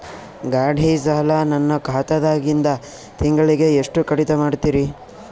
ಗಾಢಿ ಸಾಲ ನನ್ನ ಖಾತಾದಾಗಿಂದ ತಿಂಗಳಿಗೆ ಎಷ್ಟು ಕಡಿತ ಮಾಡ್ತಿರಿ?